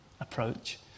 approach